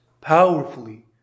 powerfully